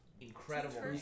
incredible